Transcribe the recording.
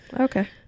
Okay